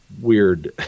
weird